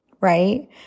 right